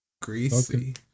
Greasy